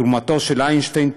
תרומתו של איינשטיין,